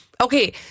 Okay